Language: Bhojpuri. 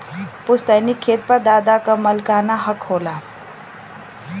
पुस्तैनी खेत पर दादा क मालिकाना हक होला